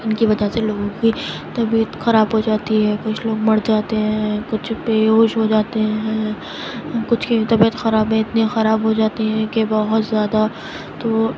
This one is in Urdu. ان کی وجہ سے لوگوں کی طبیعت خراب ہو جاتی ہے کچھ لوگ مر جاتے ہیں کچھ بے ہوش ہو جاتے ہیں کچھ کی طبیعت خراب ہے اتنی خراب ہو جاتی ہیں کہ بہت زیادہ تو